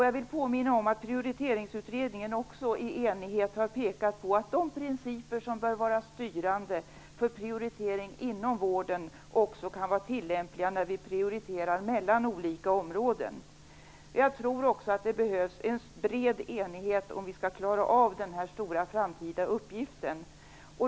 Jag vill påminna om att också Prioriteringsutredningen i enighet har pekat på att de principer som bör vara styrande vid prioritering inom vården även kan vara tillämpliga när vi prioriterar mellan olika områden. Det behövs en bred enighet om vi skall klara av denna stora framtida uppgift.